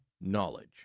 knowledge